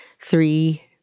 three